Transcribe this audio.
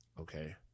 Okay